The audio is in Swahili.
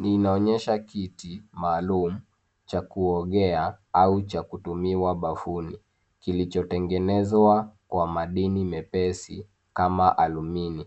Ninaonyesha kiti maalum cha kuogea au cha kutumiwa bafuni kilichotengenezwa kwa madini mepesi kama alumini